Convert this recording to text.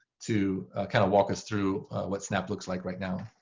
to kind of walk us through what snap looks like right now.